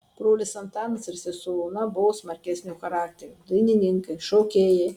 brolis antanas ir sesuo ona buvo smarkesnio charakterio dainininkai šokėjai